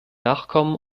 nachkommen